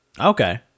Okay